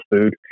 food